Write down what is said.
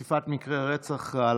חבר הכנסת כסיף,